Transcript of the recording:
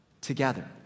together